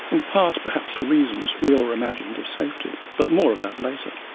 in part perhaps for reasons, real or imagined, of safety. but more of that later.